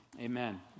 Amen